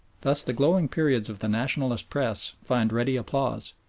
thus the glowing periods of the nationalist press find ready applause,